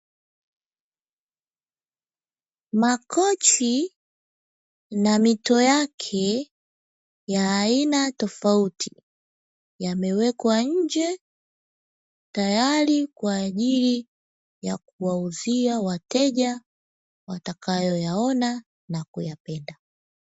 Makochi na mito yake, ya aina tofauti yamewekwa nje tayari kwajili ya kuwauzia wateja watakayo yaona na kuyapenda.